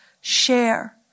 share